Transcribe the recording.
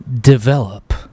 develop